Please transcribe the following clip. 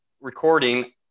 recording